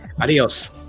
adios